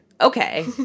okay